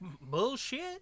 bullshit